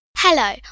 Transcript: Hello